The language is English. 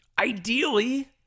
Ideally